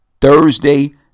Thursday